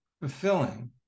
fulfilling